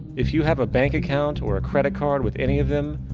if you have a bank account or credit card with any of them,